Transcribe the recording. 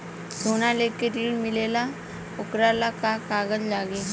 सोना लेके ऋण मिलेला वोकरा ला का कागज लागी?